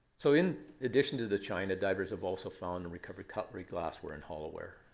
so in addition to the china, divers have also found the recovery cutlery, glassware, and hollow-ware.